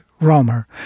Romer